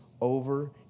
over